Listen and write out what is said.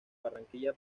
barranquilla